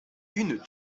une